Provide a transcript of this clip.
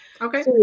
Okay